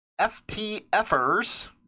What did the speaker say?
FTFers